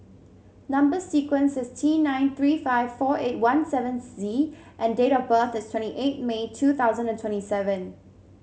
number sequence is T nine three five four eight one seven Z and date of birth is twenty eight May two thousand and twenty seven